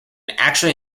actually